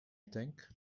think